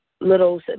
little